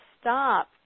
stop